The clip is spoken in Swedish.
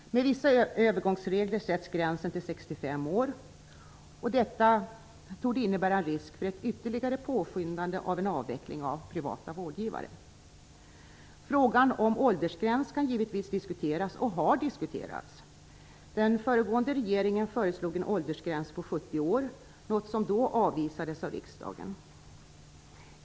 Med vissa övergångsregler sätts gränsen till 65 år. Detta torde innebära en risk för ett ytterligare påskyndande av en avveckling av privata vårdgivare. Frågan om åldersgräns kan givetvis diskuteras och har diskuterats. Den föregående regeringen föreslog en åldersgräns på 70 år, något som då avvisades av riksdagen.